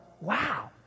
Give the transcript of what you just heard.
wow